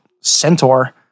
centaur